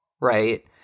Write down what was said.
right